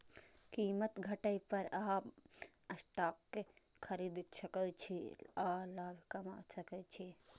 कीमत घटै पर अहां स्टॉक खरीद सकै छी आ लाभ कमा सकै छी